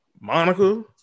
Monica